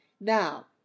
Now